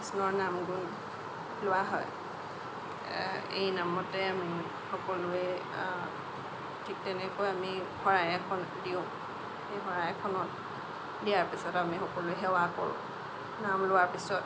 কৃষ্ণৰ নাম গুণ লোৱা হয় এই নামতে সকলোৱে ঠিক তেনেকৈ আমি শৰাই এখন দিওঁ সেই শৰাইখনত দিয়াৰ পিছত আমি সকলোৱে সেৱা কৰোঁ নাম লোৱাৰ পিছত